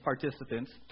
participants